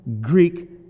Greek